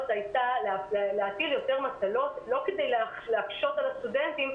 הייתה להטיל יותר מטלות לא כדי להקשות על הסטודנטים,